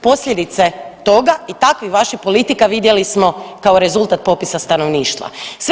Posljedice toga i takvih vaših politika vidjeli smo kao rezultat popisa stanovništva.